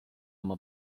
oma